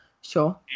Sure